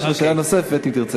ויש לך שאלה נוספת אם תרצה.